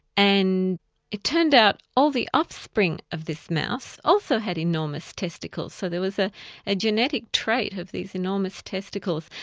and it turned out all the offspring of this mouse also had enormous testicles, so there was a ah genetic trait of these enormous testicles,